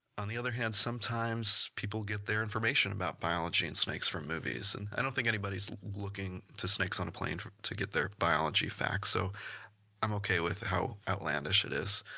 on the other hand, sometimes people get their information about biology and snakes from movies. and i don't think anybody's looking to snakes on a plane to get their biology facts, so i'm okay with how outlandish it is.